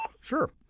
Sure